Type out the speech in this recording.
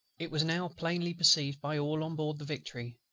it was now plainly perceived by all on board the victory,